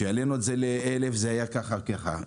כשהעלינו את זה ל-1,000 היו כך וכך,